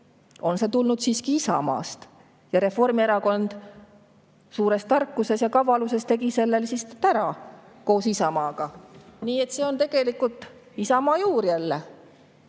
on see tulnud siiski Isamaast. Reformierakond suures tarkuses ja kavaluses tegi selle lihtsalt ära koos Isamaaga, nii et see on tegelikult jälle